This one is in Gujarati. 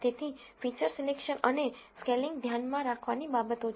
તેથી ફિચર સિલેકશન અને સ્કેલિંગ ધ્યાનમાં રાખવાની બાબતો છે